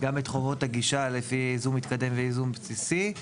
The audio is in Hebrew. גם את חובות הגישה לפי ייזום מתקדם וייזום בסיסי;